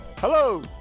Hello